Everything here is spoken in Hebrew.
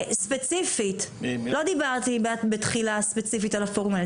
לא דיברתי בתחילה ספציפית על הפורום הזה